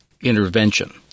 intervention